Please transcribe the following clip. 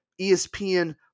ESPN